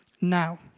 now